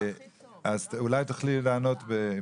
אולי תוכלי לענות במשפט.